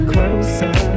Closer